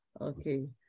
Okay